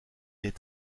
est